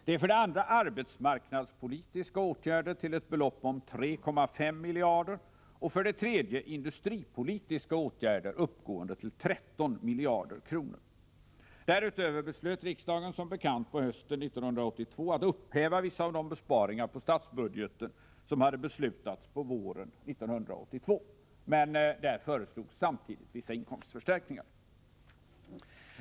Det är för det andra arbetsmarknadspolitiska åtgärder till ett belopp om 3,5 miljarder och för det tredje industripolitiska åtgärder uppgående till 13 miljarder kronor. Därutöver beslöt riksdagen, som bekant, på hösten 1982 att upphäva vissa av de besparingar på statsbudgeten som hade beslutats på våren 1982. Men där föreslogs samtidigt vissa inkomstförstärkningar.